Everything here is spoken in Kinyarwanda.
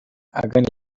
agana